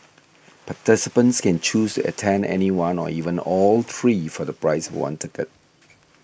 participants can choose attend any one or even all three for the price of one ticket